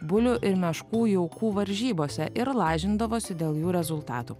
bulių ir meškų jaukų varžybose ir lažindavosi dėl jų rezultatų